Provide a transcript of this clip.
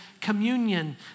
communion